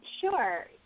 Sure